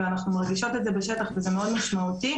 ואנחנו מרגישות את זה בשטח וזה מאוד משמעותי.